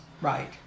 right